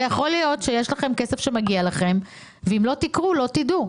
יכול להיות שיש כסף שמגיע לכם ואם לא תקראו לא תדעו.